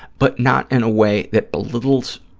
but not in a way that belittles